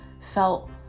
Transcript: felt